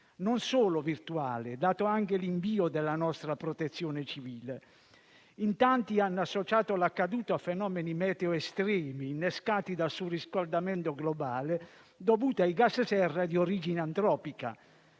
non solo virtuale, dato anche l'invio della nostra Protezione civile. In tanti hanno associato l'accaduto a fenomeni meteo estremi, innescati dal surriscaldamento globale dovuto ai gas serra di origine antropica.